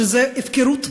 שזו הפקרות,